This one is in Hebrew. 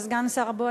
לסגן שר הבריאות,